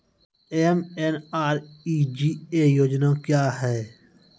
MNREGA योजना क्या हैं?